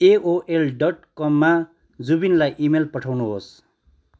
ए O L dot कममा जुबिनलाई email पठाउनुहोस्